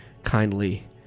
Kindly